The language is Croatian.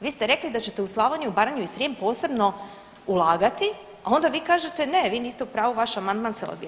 Vi ste rekli da ćete u Slavoniju, Baranju i Srijem posebno ulagati, a onda vi kažete ne, vi niste u pravu, vaš amandman se odbija.